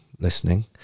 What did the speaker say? listening